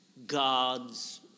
God's